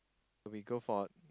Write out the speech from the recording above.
we go for